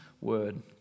word